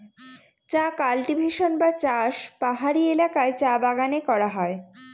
চা কাল্টিভেশন বা চাষ পাহাড়ি এলাকায় চা বাগানে করা হয়